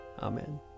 Amen